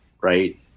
right